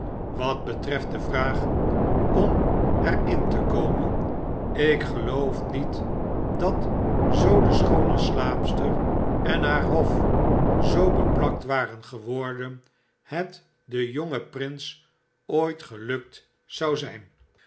wat betreft de vraag om er in te komen ik geloof niet dat zoo de schoone slaapster en haar hof zoo beplakt waren geworden het den jongen prins ooit gelukt zou zyn